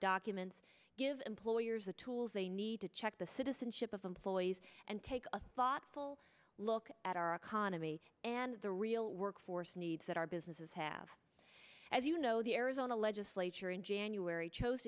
documents give employers the tools they need to check the citizenship of employees and take a thoughtful look at our economy and the real workforce needs that our businesses have as you know the arizona legislature in january chose